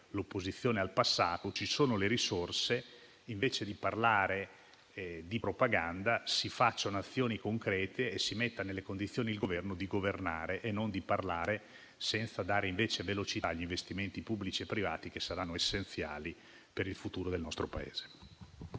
l'opposizione al passato. Ci sono le risorse: invece di parlare di propaganda, si facciano azioni concrete e si metta nelle condizioni il Governo di governare invece di parlare senza velocizzare gli investimenti pubblici e privati, che saranno essenziali per il futuro del nostro Paese.